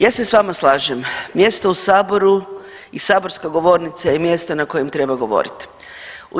Ja se s vama slažem, mjesto u saboru i saborska govornica je mjesto na kojem treba govorit.